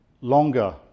longer